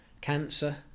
cancer